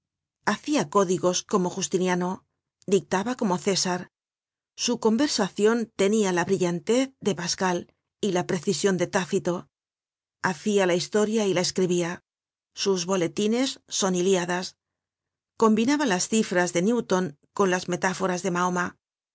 hacia códigos como justiniano dictaba como césar su conversacion tenia la brillantez de pascal y la precision de tácito hacia la historia y la escribia sus boletines son iliadas combinaba las cifras de newton con las metáforas de mahoma